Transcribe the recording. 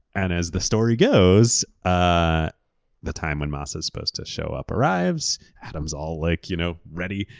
and as the story goes, ah the time when masa is supposed to show up arrives, adam is all like you know ready,